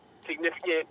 significant